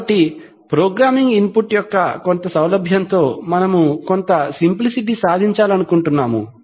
కాబట్టి programming input యొక్క కొంత సౌలభ్యం తో మనము కొంత సింప్లిసిటీ సాధించాలనుకుంటున్నాము